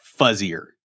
fuzzier